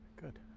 Good